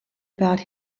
about